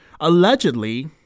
Allegedly